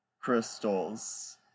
crystals